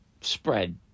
Spread